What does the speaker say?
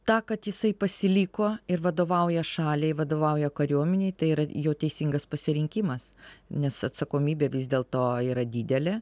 tą kad jisai pasiliko ir vadovauja šaliai vadovauja kariuomenei tai yra jo teisingas pasirinkimas nes atsakomybė vis dėlto yra didelė